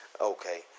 Okay